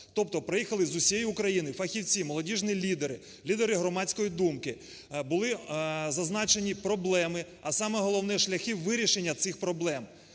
Тобто приїхали з усієї України фахівці, молодіжні лідери, лідери громадської думки, були зазначені проблеми, а саме головне шляхи вирішення цих проблем.